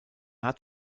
hat